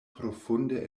profunde